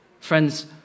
Friends